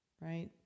right